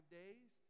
days